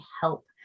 help